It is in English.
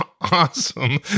awesome